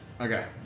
Okay